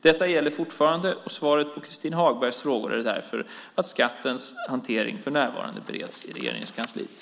Detta gäller fortfarande och svaret på Christin Hagbergs frågor är därför att skattens hantering för närvarande bereds i Regeringskansliet.